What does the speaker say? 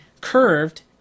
curved